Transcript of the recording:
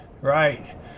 right